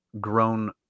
grown